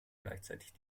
gleichzeitig